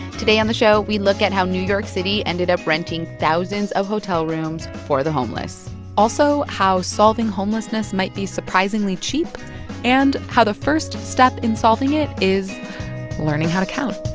today on the show, we look at how new york city ended up renting thousands of hotel rooms for the homeless also how solving homelessness might be surprisingly cheap and how the first step in solving it is learning how to count